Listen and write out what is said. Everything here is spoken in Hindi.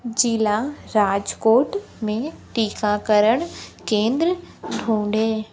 ज़िला राजकोट में टीकाकरण केन्द्र ढूँढें